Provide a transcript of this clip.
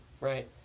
right